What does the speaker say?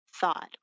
thought